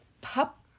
pup